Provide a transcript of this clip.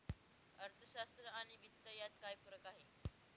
अर्थशास्त्र आणि वित्त यात काय फरक आहे